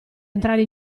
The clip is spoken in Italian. entrare